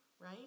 right